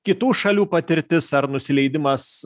kitų šalių patirtis ar nusileidimas